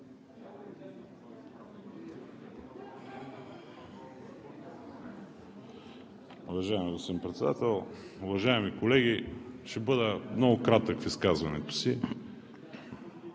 Уважаеми господин Председател, уважаеми колеги, ще бъда много кратък в изказването си.